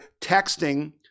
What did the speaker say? texting